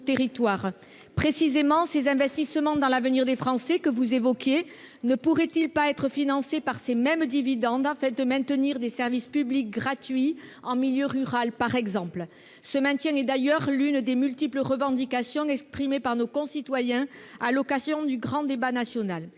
territoires. Précisément, les investissements pour l'avenir des Français que vous avez évoqués ne pourraient-ils pas être financés par ces mêmes dividendes, afin de maintenir des services publics gratuits en milieu rural, par exemple ? Ce maintien est d'ailleurs l'une des multiples revendications exprimées par nos concitoyens à l'occasion du grand débat national.